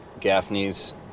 Gaffney's